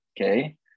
Okay